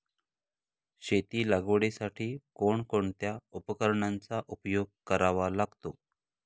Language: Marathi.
शेती लागवडीसाठी कोणकोणत्या उपकरणांचा उपयोग करावा लागतो?